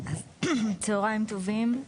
צהריים טובים.